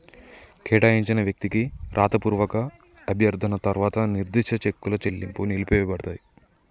కేటాయించిన వ్యక్తికి రాతపూర్వక అభ్యర్థన తర్వాత నిర్దిష్ట చెక్కుల చెల్లింపు నిలిపివేయపడతది